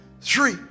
three